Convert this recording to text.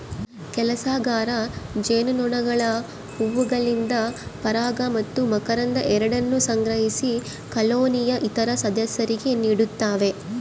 ಕೆಲಸಗಾರ ಜೇನುನೊಣಗಳು ಹೂವುಗಳಿಂದ ಪರಾಗ ಮತ್ತು ಮಕರಂದ ಎರಡನ್ನೂ ಸಂಗ್ರಹಿಸಿ ಕಾಲೋನಿಯ ಇತರ ಸದಸ್ಯರಿಗೆ ನೀಡುತ್ತವೆ